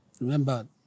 Remember